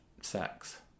sex